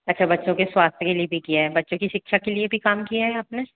अच्छा बच्चों के स्वास्थय के लिए भी किया है बच्चों की शिक्षा के लिए भी काम किया है आपने